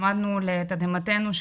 למדנו לתדהמתנו,